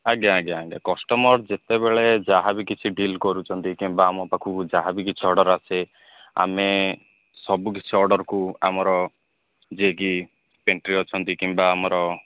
ଆଜ୍ଞା ଆଜ୍ଞା ଆଜ୍ଞା କଷ୍ଟମର୍ ଯେତେବେଳେ ଯାହା ବି କିଛି ଡିଲ୍ କରୁଛନ୍ତି କିମ୍ବା ଆମ ପାଖକୁ ଯାହା ବି କିଛି ଅର୍ଡ୍ର ଆସେ ଆମେ ସବୁ କିଛି ଅର୍ଡ୍ର ଆମର ଯିଏ କି ପେଣ୍ଟ୍ରି ଅଛନ୍ତି କିମ୍ବା ଆମର